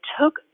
took